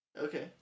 Okay